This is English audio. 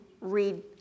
read